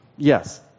Yes